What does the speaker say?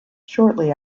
shortly